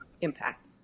impact